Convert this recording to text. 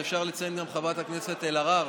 ואפשר לציין גם את חברת הכנסת אלהרר,